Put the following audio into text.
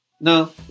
No